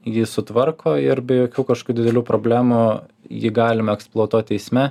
jį sutvarko ir be jokių kažkokių didelių problemų jį galime eksploatuot teisme